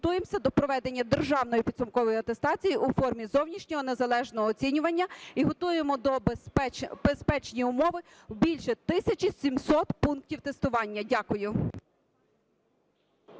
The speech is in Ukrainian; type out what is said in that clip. готуємося до проведення державної підсумкової атестації у формі зовнішнього незалежного оцінювання і готуємо безпечні умови більше 1 тисячі 700 пунктів тестування. Дякую.